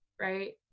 Right